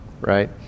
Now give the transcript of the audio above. Right